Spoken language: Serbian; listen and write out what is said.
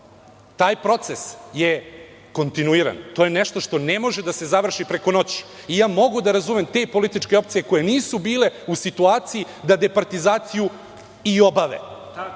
taj proces je kontinuiran. To je nešto što ne može da se završi preko noći i ja mogu da razumem te političke opcije koje nisu bile u situaciji da departizaciju i obave